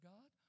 God